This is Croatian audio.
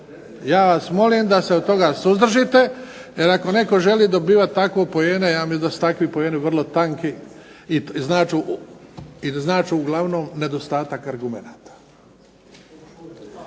Ja vas molim da se od toga suzdržite jer ako netko želi dobivati tako poene, ja mislim da su tako poeni vrlo tanki i znače uglavnom nedostatak argumenata.